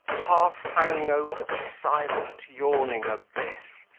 half hanging over the silent, yawning abyss,